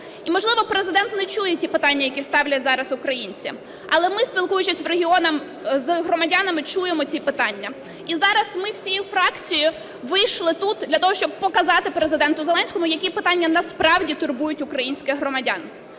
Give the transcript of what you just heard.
І, можливо, Президент не чує ті питання, які ставлять зараз українці, але ми, спілкуючись в регіонах з громадянами, чуємо ці питання. І зараз ми всією фракцією вийшли тут для того, щоб показати Президенту Зеленському, які питання насправді турбують українських громадян.